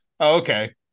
okay